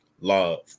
Love